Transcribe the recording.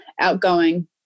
outgoing